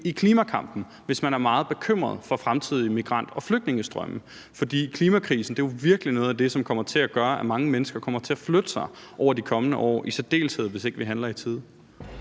i klimakampen, hvis man er meget bekymret for fremtidige migrant- og flygtningestrømme. For klimakrisen er jo virkelig noget af det, der kommer til at gøre, at mange mennesker kommer til at flytte sig over de kommende år, i særdeleshed hvis vi ikke handler i tide.